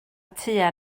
tua